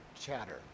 chatter